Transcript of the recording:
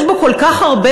יש בו כל כך הרבה.